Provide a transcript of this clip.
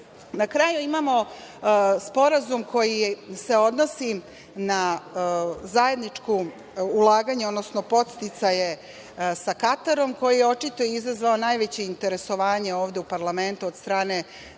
kraju, imamo sporazum koji se odnosi na zajednička ulaganja, odnosno podsticaje sa Katarom, a koji je očito izazvao najveće interesovanje ovde u parlamentu od strane